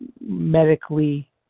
medically